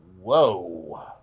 whoa